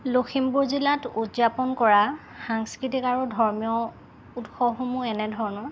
লখিমপুৰ জিলাত উদযাপন কৰা সাংস্কৃতিক আৰু ধৰ্মীয় উৎসৱসমূহ এনেধৰণৰ